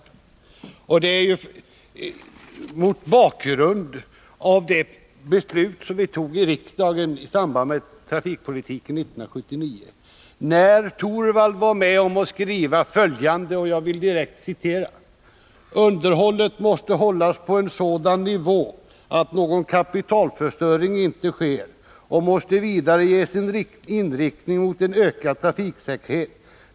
Jag säger detta mot bakgrund av det beslut som vi fattade i riksdagen i samband med behandlingen av trafikpolitiken 1979, då herr Torwald var med om att skriva följande: ”Underhållet måste hållas på en sådan nivå att någon kapitalförstöring inte sker och måste vidare ges en inriktning mot en ökad trafiksäkerhet.